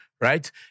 right